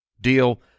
deal